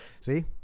See